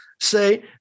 say